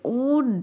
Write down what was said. own